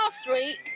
Street